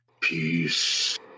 peace